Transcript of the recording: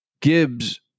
Gibbs